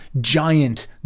giant